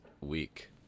week